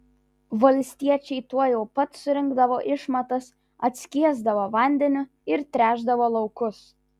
valstiečiai tuojau pat surinkdavo išmatas atskiesdavo vandeniu ir tręšdavo laukus